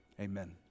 Amen